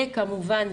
וכמובן,